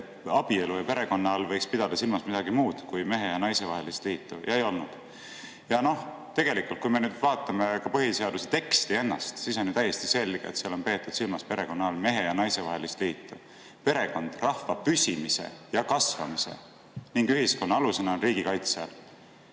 abielu ja perekonna all võiks pidada silmas midagi muud kui mehe ja naise vahelist liitu. Ei olnud. Tegelikult, kui me vaatame ka põhiseaduse teksti ennast, siis on täiesti selge, et seal on perekonna all peetud silmas mehe ja naise vahelist liitu: "Perekond rahva püsimise ja kasvamise ning ühiskonna alusena on riigi kaitse all."